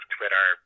Twitter